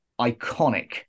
iconic